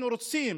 אנחנו רוצים